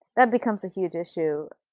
that becomes a huge issue.